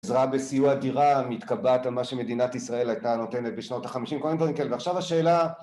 עזרה בסיוע דירה, מתקבעת על מה שמדינת ישראל הייתה נותנת בשנות ה-50, כל מיני דברים כאלה, ועכשיו השאלה